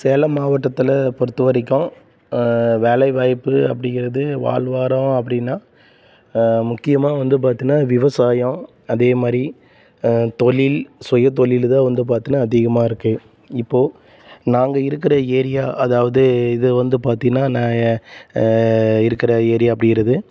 சேலம் மாவட்டத்தில் பொறுத்த வரைக்கும் வேலைவாய்ப்பு அப்படிங்கிறது வாழ்வாரம் அப்படின்னா முக்கியமாக வந்து பார்த்தீன்னா விவசாயம் அதே மாதிரி தொழில் சுய தொழிலு தான் வந்து பார்த்தீன்னா அதிகமாக இருக்குது இப்போது நாங்கள் இருக்கிற ஏரியா அதாவது இது வந்து பார்த்தீன்னா நான் ஏன் இருக்கிற ஏரியா அப்படிங்கிறது